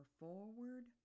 forward